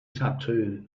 tattoo